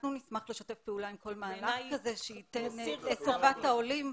אנחנו נשמח לשתף פעולה עם כל מהלך כזה לטובת העולים,